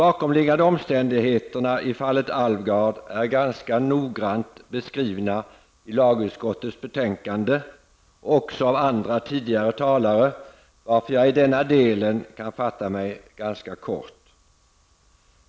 Alvgard är ganska noggrant beskrivna i lagutskottets betänkande och även av andra, tidigare talare, varför jag i den delen kan fatta mig ganska kort.